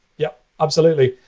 yeah, absolutely.